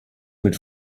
mit